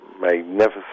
magnificent